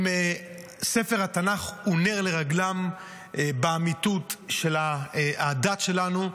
ספר התנ"ך הוא נר לרגלם, באמיתות של הדת שלנו.